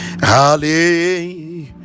Hallelujah